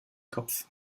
kopf